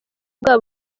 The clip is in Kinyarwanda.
bwa